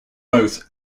both